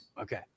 Okay